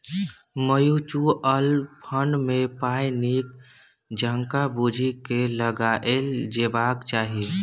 mutual fund मे पाइ नीक जकाँ बुझि केँ लगाएल जेबाक चाही